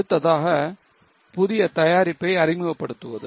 அடுத்ததாக புதிய தயாரிப்பை அறிமுகப்படுத்துவது